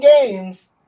games